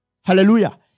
hallelujah